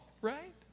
right